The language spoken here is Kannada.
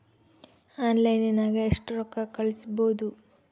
ಆನ್ಲೈನ್ನಾಗ ಎಷ್ಟು ರೊಕ್ಕ ಕಳಿಸ್ಬೋದು